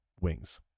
wings